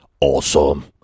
awesome